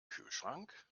kühlschrank